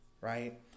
right